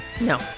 no